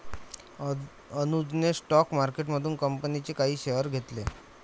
अनुजने स्टॉक मार्केटमधून कंपनीचे काही शेअर्स घेतले